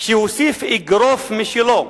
שהוסיף אגרוף משלו.